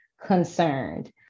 concerned